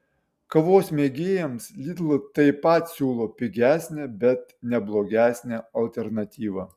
kavos mėgėjams lidl taip pat siūlo pigesnę bet ne blogesnę alternatyvą